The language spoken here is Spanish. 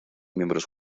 miembros